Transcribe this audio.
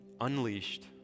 Unleashed